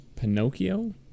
Pinocchio